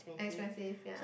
expensive ya